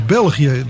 België